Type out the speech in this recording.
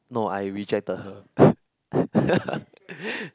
no I rejected her